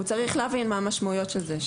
הוא צריך להבין מה המשמעויות של זה,